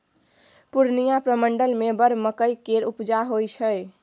पूर्णियाँ प्रमंडल मे बड़ मकइ केर उपजा होइ छै